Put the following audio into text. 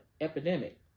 epidemic